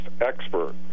expert